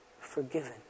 forgiven